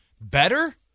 Better